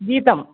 गीतम्